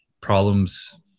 problems